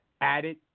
added